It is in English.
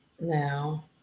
now